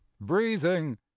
breathing